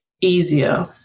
easier